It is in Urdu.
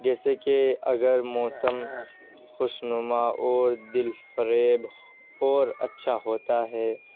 جیسے کہ اگر موسم خوشنما اور دل فریب اور اچھا ہوتا ہے